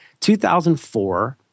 2004